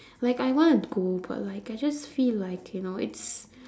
like I wanna go but like I just feel like you know it's